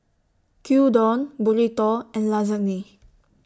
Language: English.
Gyudon Burrito and Lasagne